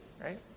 right